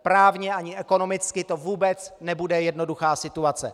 Právně ani ekonomicky to vůbec nebude jednoduchá situace.